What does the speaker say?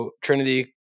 Trinity